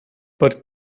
but